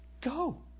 Go